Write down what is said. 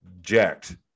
jacked